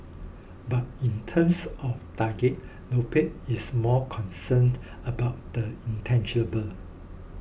but in terms of target Lopez is more concerned about the intangible